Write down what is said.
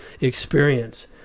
experience